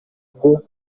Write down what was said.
bwo